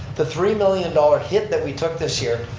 the three million dollar hit that we took this year,